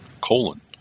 Colon